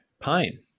Pine